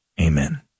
Amen